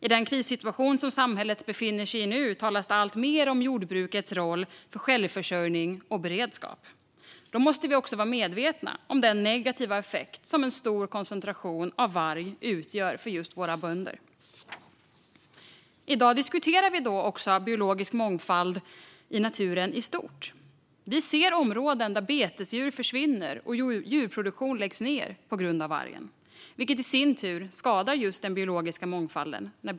I den krissituation som samhället befinner sig i nu talas det alltmer om jordbrukets roll för självförsörjning och beredskap. Då måste vi också vara medvetna om den negativa effekt som en stor koncentration av varg utgör för just våra bönder. I dag diskuterar vi också biologisk mångfald i naturen i stort. Vi ser områden där betesdjur försvinner och djurproduktion läggs ned på grund av vargen, vilket i sin tur skadar just den biologiska mångfalden.